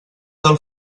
del